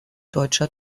deutscher